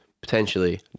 potentially